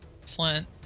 Flint